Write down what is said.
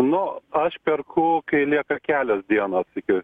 nu aš perku kai lieka kelios dienos iki